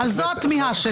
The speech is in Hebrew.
זו התמיהה שלי.